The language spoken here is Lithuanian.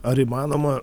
ar įmanoma